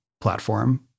platform